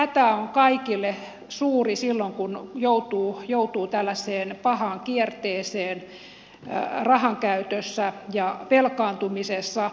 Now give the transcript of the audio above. hätä on kaikilla suuri silloin kun joutuu tällaiseen pahaan kierteeseen rahankäytössä ja velkaantumisessa